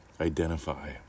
identify